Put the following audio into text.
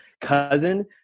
cousin